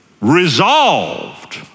resolved